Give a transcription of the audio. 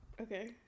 Okay